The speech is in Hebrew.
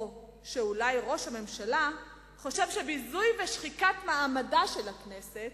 או שאולי ראש הממשלה חושב שביזוי ושחיקת מעמדה של הכנסת